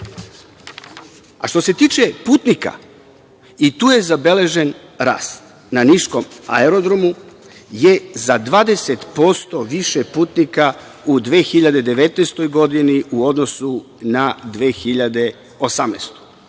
Što se tiče putnika i tu je zabeležen rast na Niškom aerodromu je za 20 posto više putnika u 2019. godini u odnosu na 2018. godine.